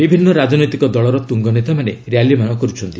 ବିଭିନ୍ନ ରାଜନୈତିକ ଦଳର ତୁଙ୍ଗ ନେତାମାନେ ର୍ୟାଲିମାନ କରୁଛନ୍ତି